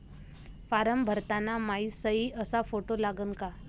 Form भरताना मायी सयी अस फोटो लागन का?